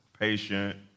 patient